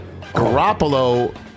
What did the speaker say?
Garoppolo